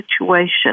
situation